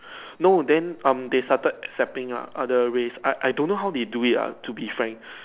no then um they started accepting lah other race I I don't know how they do it ah to be frank